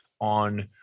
on